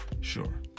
Sure